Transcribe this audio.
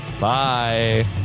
Bye